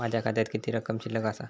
माझ्या खात्यात किती रक्कम शिल्लक आसा?